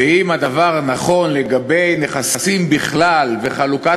ואם הדבר נכון לגבי נכסים בכלל וחלוקה